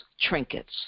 trinkets